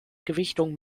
gewichtung